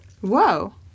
Whoa